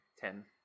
ten